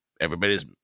everybody's